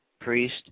priest